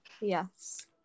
Yes